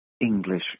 English